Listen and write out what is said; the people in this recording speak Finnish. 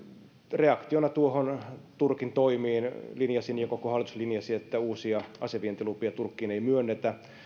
reaktiona turkin toimiin linjasin ja koko hallitus linjasi että uusia asevientilupia turkkiin ei myönnetä